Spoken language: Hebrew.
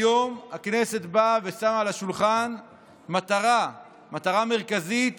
היום הכנסת באה ושמה על השולחן מטרה מרכזית